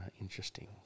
interesting